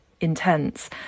intense